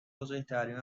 بزرگترین